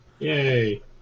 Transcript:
Yay